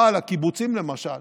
אבל הקיבוצים, למשל